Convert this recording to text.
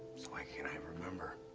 why can't i remember?